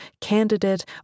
candidate